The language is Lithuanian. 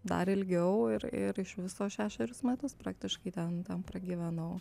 dar ilgiau ir ir iš viso šešerius metus praktiškai ten ten pragyvenau